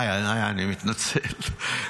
אני מתנצל.